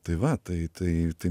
tai va tai tai tai